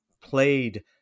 played